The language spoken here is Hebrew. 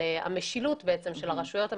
כוונתי לנושא המשילות של הרשויות המקומיות.